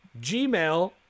gmail